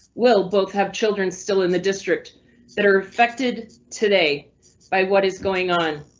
we'll both have children still in the district that are affected today by what is going on.